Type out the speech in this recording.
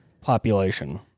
population